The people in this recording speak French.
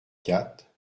quatre